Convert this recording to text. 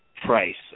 price